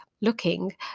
looking